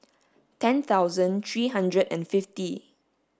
ten thousand three hundred and fifty